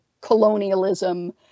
colonialism